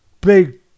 big